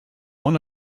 one